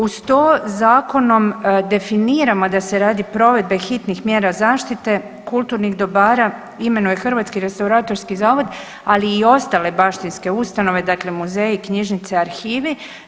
Uz to, zakonom definiramo da se radi provedbe hitnih mjera zaštite kulturnih dobara imenuje Hrvatski restauratorski zavod, ali i ostale baštinske ustanove, dakle muzeji, knjižnice, arhivi.